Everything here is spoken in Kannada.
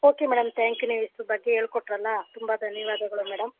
ಓಕೆ ಮೇಡಮ್ ಥ್ಯಾಂಕ್ ಯು ನೀವು ಇಷ್ಟ್ ಬಗ್ಗೆ ಹೇಳ್ಕೊಟ್ರಲ್ಲ ತುಂಬ ಧನ್ಯವಾದಗಳು ಮೇಡಮ್